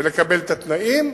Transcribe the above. ולקבל את התנאים,